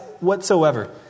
whatsoever